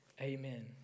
Amen